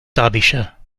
derbyshire